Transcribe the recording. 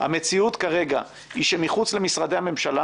המציאות כרגע היא שמחוץ למשרדי הממשלה